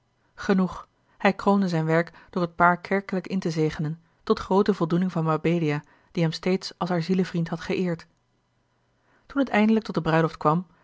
genoeg hij kroonde zijn werk door het paar kerkelijk in te zegenen tot groote voldoening van mabelia die hem steeds als haar zielevriend had geëerd toen het eindelijk tot de bruiloft kwam